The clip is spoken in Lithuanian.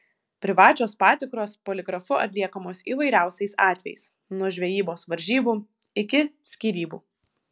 privačios patikros poligrafu atliekamos įvairiausiais atvejais nuo žvejybos varžybų iki skyrybų